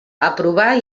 aprovar